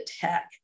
Tech